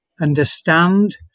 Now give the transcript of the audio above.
understand